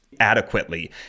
adequately